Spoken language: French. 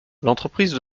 l’entreprise